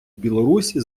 білорусі